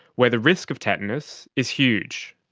where the risk of tetanus is huge.